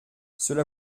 cela